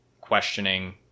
questioning